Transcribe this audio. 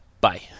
bye